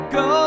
go